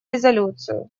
резолюцию